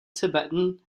tibetan